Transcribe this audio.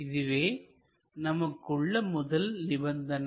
இதுவே நமக்கு உள்ள முதல் நிபந்தனை